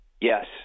Yes